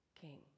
king